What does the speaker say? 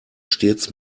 stets